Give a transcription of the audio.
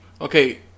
Okay